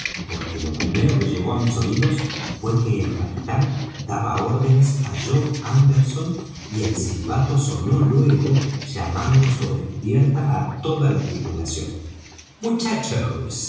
porque lo primero que llegó á mis oídos fué que el capitán daba órdenes á job anderson y el silbato sonó luego llamando sobre cubierta á toda la tripulación muchachos